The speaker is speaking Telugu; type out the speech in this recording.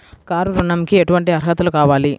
కారు ఋణంకి ఎటువంటి అర్హతలు కావాలి?